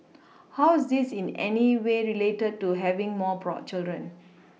how's this in any way related to having more children